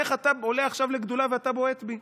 איך אתה עולה עכשיו לגדולה ואתה בועט בי?